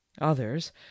Others